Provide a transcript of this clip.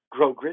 Grogris